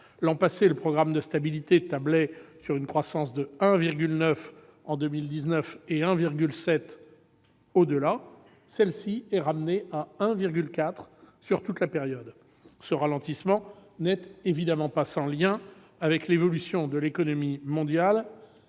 l'an passé, le programme de stabilité tablait sur une croissance de 1,9 % en 2019 et de 1,7 % au-delà. Celle-ci est ramenée à 1,4 % sur toute la période. Ce ralentissement n'est évidemment pas sans lien avec l'évolution de l'économie mondiale